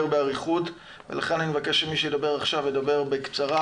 באריכות ולכן אני מבקש שמי שידבר עכשיו ידבר בקצרה,